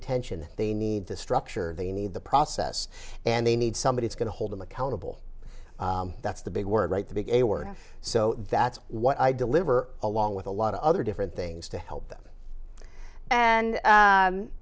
attention they need to structure they need the process and they need somebody who's going to hold them accountable that's the big word right to be a word so that's what i deliver along with a lot of other different things to help them and